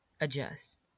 adjust